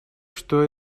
что